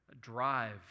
drive